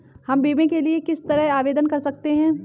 हम बीमे के लिए किस तरह आवेदन कर सकते हैं?